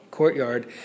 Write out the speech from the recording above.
courtyard